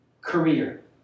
career